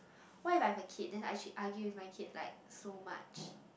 why if I have a kid then I should argue with my kid like so much